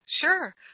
Sure